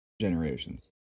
Generations